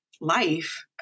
life